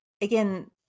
Again